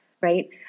Right